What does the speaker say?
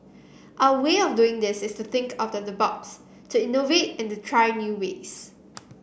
our way of doing this is to think out of the box to innovate and to try new ways